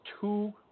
two